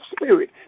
spirit